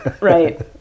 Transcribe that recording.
Right